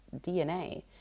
DNA